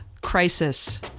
crisis